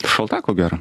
šalta ko gero